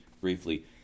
briefly